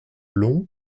long